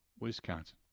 Wisconsin